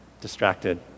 distracted